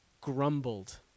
grumbled